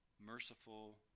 merciful